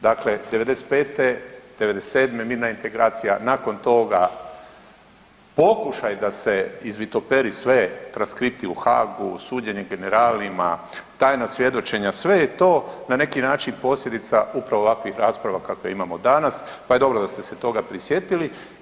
Dakle '95., '97. mirna integracija nakon toga pokušaj da se izvitoperi sve, transkripti u Haagu, suđenje generalima, tajna svjedočenja, sve je to na neki način posljedica upravo ovakvih rasprava kakve imamo danas pa je dobro da ste se toga prisjetili.